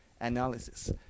analysis